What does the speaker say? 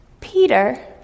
Peter